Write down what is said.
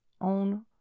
own